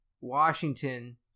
Washington